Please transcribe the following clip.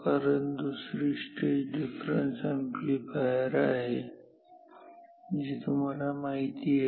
कारण दुसरी stage difference amplifier आहे जी तुम्हाला माहिती आहे